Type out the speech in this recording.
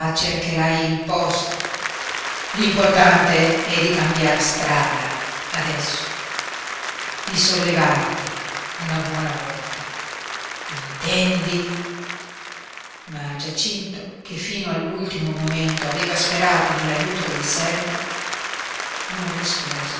cercherai il posto l'importante è di cambiar strada adesso di sollevarti una buona volta intendi ma giacinto che fino all'ultimo momento aveva sperato nell'aiuto del servo non rispose